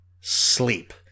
Sleep